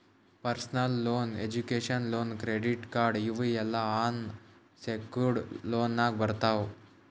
personal loan, education loan, credit card ಇವ್ ಎಲ್ಲಾ unsecured ಲೋನ್ನಾಗ್ ಬರ್ತಾವ್